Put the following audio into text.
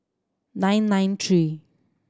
nine nine three